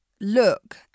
look